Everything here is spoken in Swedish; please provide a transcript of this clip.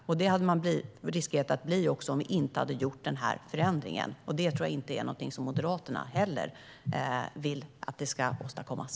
Det hade de riskerat att bli även utan vår förändring. Jag tror inte att Moderaterna heller vill att något sådant åstadkoms.